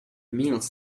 meals